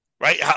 right